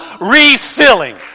refilling